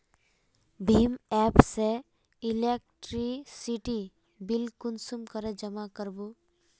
भीम app से electricity bill कुंसम करे जमा कर बो?